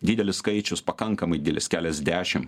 didelis skaičius pakankamai didelis keliasdešim